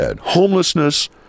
homelessness